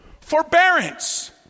forbearance